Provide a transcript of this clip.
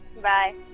Bye